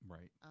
Right